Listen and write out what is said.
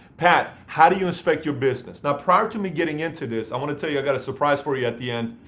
pat, how do you inspect your business? now prior to me getting into this, i want to tell you that i've got a surprise for you at the end,